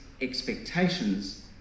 expectations